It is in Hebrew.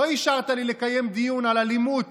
לא אישרת לי לקיים דיון על אלימות